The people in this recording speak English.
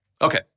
Okay